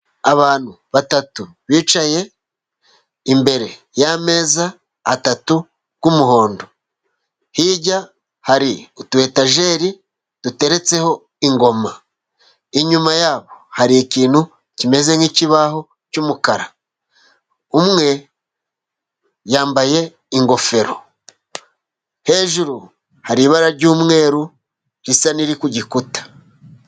Abantu batatu bicaye imbere y'ameza atatu y'umuhondo, hirya hari utuyetajeri duteretseho ingoma, inyuma yabo hari ikintu kimeze nk'ikibaho cy'umukara, umwe yambaye ingofero hejuru hari ibara ry'umweru risa n'iriri ku gikuta.